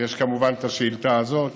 ויש כמובן את השאילתה הזאת.